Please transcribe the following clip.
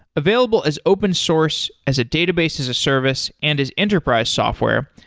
available as open source as a database as a service and as enterprise software,